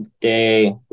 day